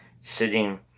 sitting